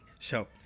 So-